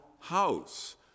house